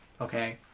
okay